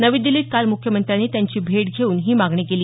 नवी दिल्लीत काल मुख्यमंत्र्यांनी त्यांची भेट घेऊन ही मागणी केली